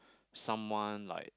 someone like